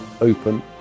open